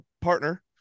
partner